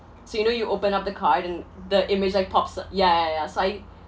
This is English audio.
so you know you open up the card and the image like pops uh ya ya ya so I